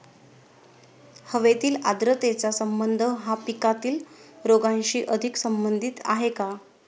हवेतील आर्द्रतेचा संबंध हा पिकातील रोगांशी अधिक संबंधित आहे का?